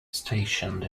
stationed